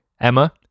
Emma